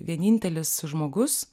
vienintelis žmogus